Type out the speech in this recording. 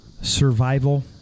survival